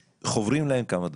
חוברים להם כמה דברים.